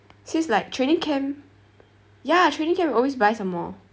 since like training camp ya training camp we always buy some more